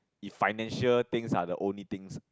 if financial things are the only things